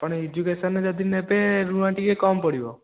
କ'ଣ ଏଜୁକେସନ୍ ଯଦି ନେବେ ଋଣ ଟିକେ କମ୍ ପଡ଼ିବ